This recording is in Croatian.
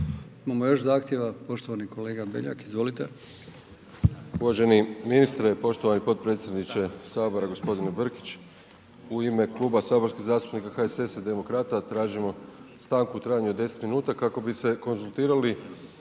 Imamo još zahtjeva? Poštovani kolega Beljak, izvolite. **Beljak, Krešo (HSS)** Uvaženi ministre, poštovani potpredsjedniče HS g. Brkić, u ime Kluba saborskih zastupnika HSS-a i Demokrata tražimo stanku u trajanju od 10 minuta kako bi se konzultirali